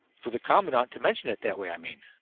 for the commandant to mention it that way, i mean.